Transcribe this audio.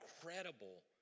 incredible